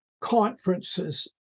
conferences